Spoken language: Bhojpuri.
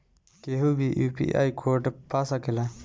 केहू भी यू.पी.आई कोड पा सकेला?